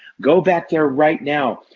go back there right now.